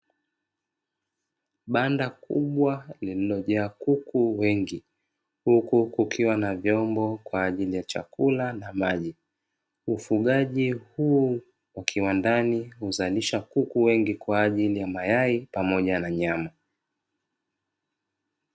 Banda kubwa lililo jaa kuku wengi, huku kukiwa na vyombo kwa ajili ya chakula na maji. Ufugaji huu wa kiwandani huzalisha kuku wengi kwa ajili ya mayai pamoja na nyama.